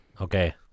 Okay